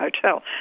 hotel